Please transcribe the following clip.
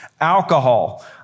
Alcohol